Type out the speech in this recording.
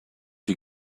you